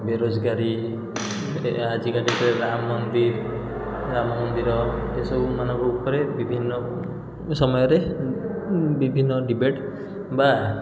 ବେରୋଜଗାରୀ ଏ ଆଜିକା ଡେଟ୍ରେ ରାମ ମନ୍ଦିର ରାମମନ୍ଦିର ଏସବୁ ମାନଙ୍କ ଉପରେ ବିଭିନ୍ନ ସମୟରେ ବିଭିନ୍ନ ଡିବେଟ୍ ବା